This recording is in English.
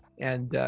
and,